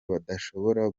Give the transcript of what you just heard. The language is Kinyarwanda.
badashobora